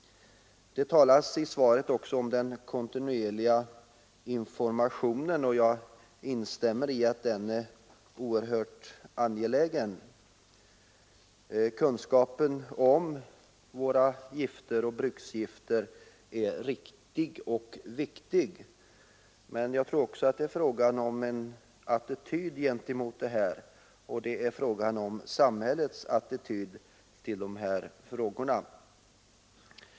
Det talas i svaret också om den kontinuerliga informationen, och jag instämmer i att den är angelägen. Kunskapen om våra bruksgifter är viktig, men jag tror att det här också gäller samhällets attityd till dessa frågor.